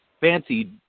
fancy